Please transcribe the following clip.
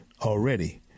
already